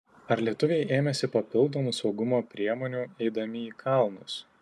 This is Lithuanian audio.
ar lietuviai ėmėsi papildomų saugumo priemonių eidami į kalnus